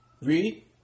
Read